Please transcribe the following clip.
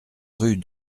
rue